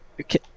okay